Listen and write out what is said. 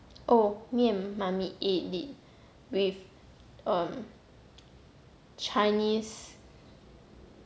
oh me and mummy ate it with um chinese